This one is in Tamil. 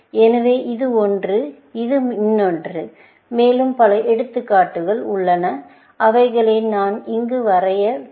எனவே இது ஒன்று இது இன்னொன்று மேலும் பல எடுத்துக்காட்டுகள் உள்ளன அவைகளை நான் இங்கு வரைய வில்லை